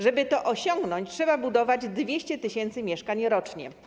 Żeby to osiągnąć, trzeba budować 200 tys. mieszkań rocznie.